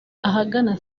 ahagana